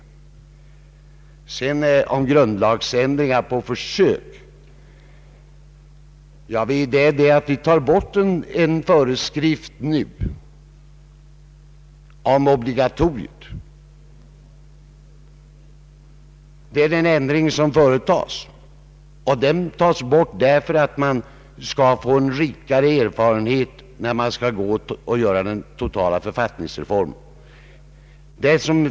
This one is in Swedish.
Vad beträffar argumentet att man inte bör göra en grundlagsändring på försök vill jag säga att vad som här sker är att vi nu tar bort föreskriften om obligatoriet. Den ändring som företas görs därför att vi skall få en rikare erfarenhet inför den totala författningsreformen.